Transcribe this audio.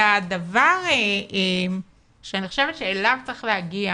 והדבר שאני חושבת שאליו צריך להגיע